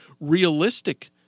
realistic